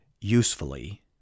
usefully